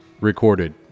recorded